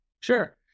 Sure